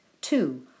Two